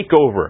takeover